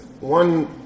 one